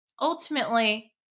ultimately